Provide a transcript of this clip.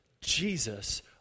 Jesus